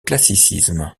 classicisme